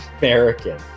American